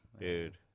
Dude